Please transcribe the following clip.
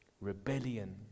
Rebellion